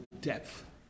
depth